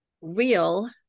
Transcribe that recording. real